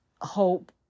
hope